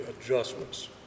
adjustments